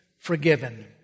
forgiven